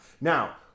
Now